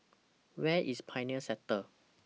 Where IS Pioneer Sector